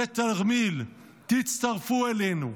תרמיל --- ותצטרפו אלינו.